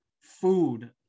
food